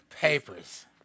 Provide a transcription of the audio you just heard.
Papers